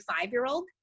five-year-old